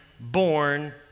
Born